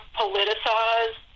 politicize